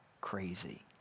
crazy